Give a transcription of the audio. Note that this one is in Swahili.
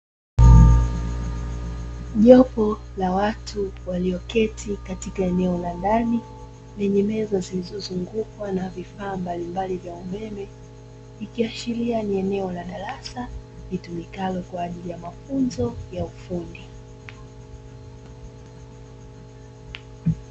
Jopo la watu walioketi katika eneo la ndani, lenye meza zilizozungukwa na vifaa mbalimbali vya umeme, likiashiria ni eneo la darasa, litumikalo kwa ajili ya mafunzo ya ufundi.